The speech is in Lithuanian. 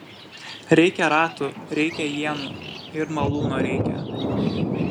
reikia ratų reikia ienų ir malūno reikia